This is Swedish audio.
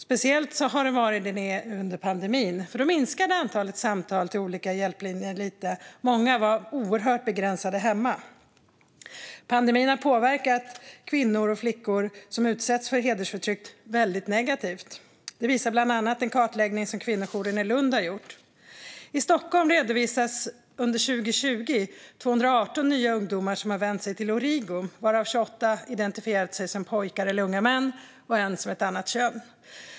Speciellt har den varit det under pandemin. Då minskade antalet samtal till olika hjälplinjer lite. Många var oerhört begränsade hemma. Pandemin har påverkat kvinnor och flickor som utsätts för hedersförtryck väldigt negativt. Det visar bland annat en kartläggning som kvinnojouren i Lund har gjort. År 2020 redovisades i Stockholm 218 nya ungdomar som vänt sig till Origo, varav 28 identifierat sig som pojkar eller unga män och 1 som ett annat kön.